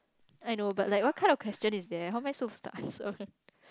I know but like what kind of question is there how am I supposed to answer